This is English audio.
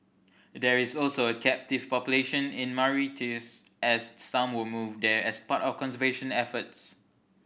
there is also a captive population in Mauritius as some were moved there as part of conservation efforts